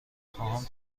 خواهم